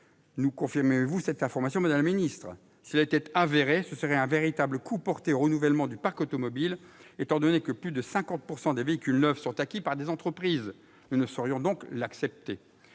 nous confirmez-vous cette information ? Si elle était avérée, ce serait un véritable coup porté au renouvellement du parc automobile, étant donné que plus de 50 % des véhicules neufs sont acquis par des entreprises. Nous ne saurions donc l'accepter.